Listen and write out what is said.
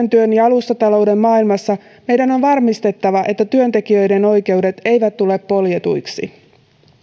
työn ja alustatalouden maailmassa meidän on varmistettava että työntekijöiden oikeudet eivät tule poljetuiksi